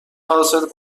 حاصل